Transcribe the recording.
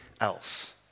else